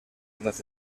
ondas